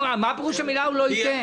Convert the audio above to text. מה פירוש המילים "הוא לא ייתן"?